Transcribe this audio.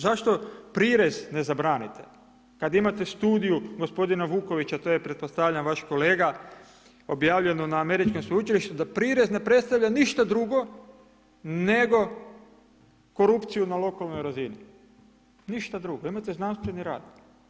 Zašto prirez ne zabranite, kada imate studiju, gospodina Vukovića, to je pretpostavljam vaš kolega, objavljeno na američkom sveučilištu, da prirez ne predstavlja ništa drugo, nego korupciju na lokalnoj razini, ništa drugo, imate znanstveni rad.